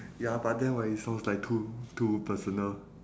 ya but then right it sounds like too too personal